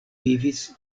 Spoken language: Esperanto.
vivis